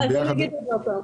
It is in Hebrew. רשמת האגודות השיתופיות.